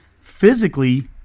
physically